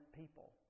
people